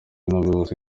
n’ubuyobozi